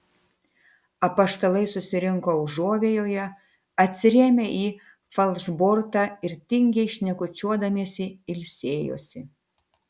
apaštalai susirinko užuovėjoje atsirėmę į falšbortą ir tingiai šnekučiuodamiesi ilsėjosi